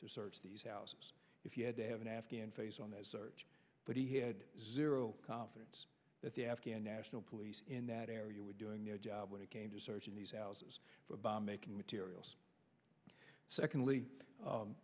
search these houses if you had to have an afghan face on that search but he had zero confidence that the afghan national police in that area were doing their job when it came to searching these houses for bomb making materials secondly